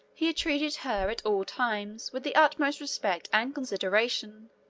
he had treated her, at all times, with the utmost respect and consideration,